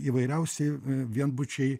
įvairiausi vi vienbučiai